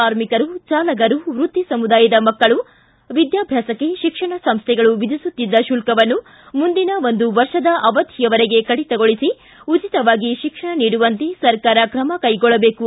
ಕಾರ್ಮಿಕರು ಚಾಲಕರು ವೃತ್ತಿ ಸಮುದಾಯದ ಮಕ್ಕಳ ವಿದ್ಯಾಭ್ಯಾಸಕ್ಕೆ ಶಿಕ್ಷಣ ಸಂಸ್ಥೆಗಳು ವಿಧಿಸುತ್ತಿದ್ದ ಶುಲ್ಕವನ್ನು ಮುಂದಿನ ಒಂದು ವರ್ಷದ ಅವಧಿಯವರೆಗೆ ಕಡಿತಗೊಳಿಸಿ ಉಚಿತವಾಗಿ ಶಿಕ್ಷಣ ನೀಡುವಂತೆ ಸರ್ಕಾರ ಕ್ರಮಕೈಗೊಳ್ಳಬೇಕು